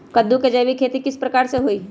कददु के जैविक खेती किस प्रकार से होई?